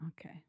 Okay